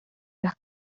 las